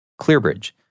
ClearBridge